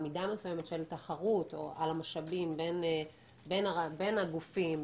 מידה מסוימת של תחרות על המשאבים בין הגופים,